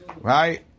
Right